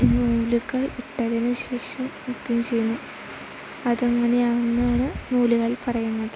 നൂലുകൾ ഇട്ടതിന് ശേഷം ക്ലീൻ ചെയ്യുന്നു അതങ്ങനെയാണ് എന്നാണ് നൂലുകൾ പറയുന്നത്